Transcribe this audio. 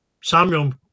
Samuel